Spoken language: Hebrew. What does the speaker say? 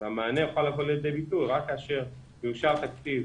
המענה יוכל לבוא לידי ביטוי רק כאשר יאושר תקציב